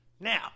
Now